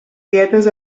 dietes